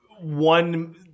one